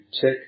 check